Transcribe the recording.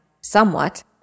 Somewhat